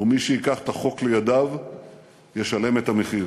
ומי שייקח את החוק לידיו ישלם את המחיר.